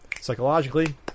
psychologically